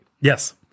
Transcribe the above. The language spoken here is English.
Yes